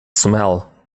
smell